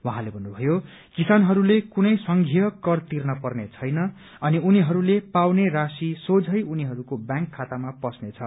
उहाँले भन्नुभयो किसानहरूले कुनै संघीय कर तिर्न पर्ने छैन अनि उनीहरूले पाउने राशि सीथै उनीहरूको ब्यांक खातामा पस्ने छ